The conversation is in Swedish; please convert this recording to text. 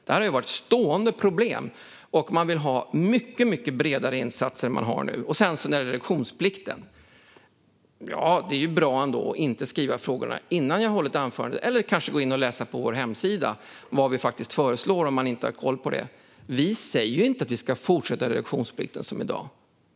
Det här har varit ett stående problem, och man behöver mycket bredare insatser än nu. Sedan var det frågan om reduktionsplikten. Det är nog bra att inte skriva frågorna innan jag har hållit mitt anförande eller läsa på vår hemsida om vad vi föreslår om man inte har koll på det. Vi säger inte att reduktionsplikten ska fortsätta som i dag.